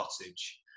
Cottage